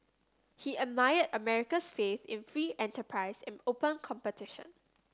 he admired America's faith in free enterprise and open competition